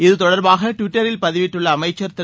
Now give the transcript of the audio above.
இது தொடர்பாக டுவிட்டரில் பதிவிட்டுள்ள அமைச்சர் திரு